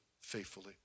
faithfully